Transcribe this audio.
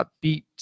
beat